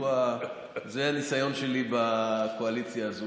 זה הניסיון שלי בקואליציה הזאת.